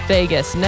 Vegas